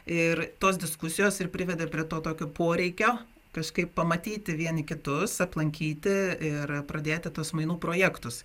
ir tos diskusijos ir privedė prie to tokio poreikio kažkaip pamatyti vieni kitus aplankyti ir pradėti tuos mainų projektus